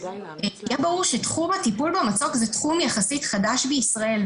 שיהיה ברור שתחום הטיפול במצוק זה תחום יחסית חדש בישראל,